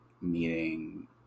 meeting